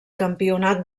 campionat